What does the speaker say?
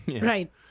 Right